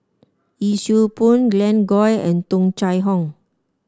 Yee Siew Pun Glen Goei and Tung Chye Hong